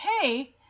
hey